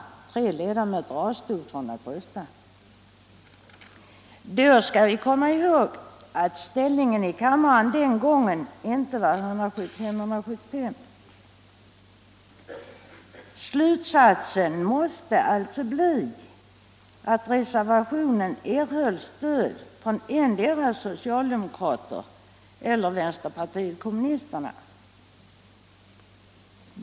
Tre ledamöter avstod från att rösta. Då skall vi komma ihåg att ställningen i kammaren den gången inte var 175-175. Slutsatsen måste alltså bli att reservationen erhöll stöd från endera socialdemokraterna eller vpk.